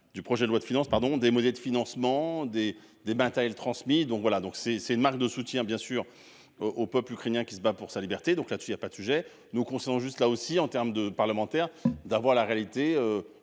du projet de loi de finances, pardon des monnaies de financement des des matériels transmis donc voilà donc c'est c'est une marque de soutien bien sûr. Au peuple ukrainien qui se bat pour sa liberté donc là-dessus il y a pas de sujet nous conservons juste là aussi en terme de parlementaires, d'avoir la réalité